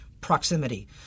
proximity